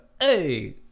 Hey